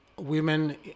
women